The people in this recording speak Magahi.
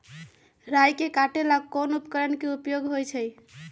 राई के काटे ला कोंन उपकरण के उपयोग होइ छई?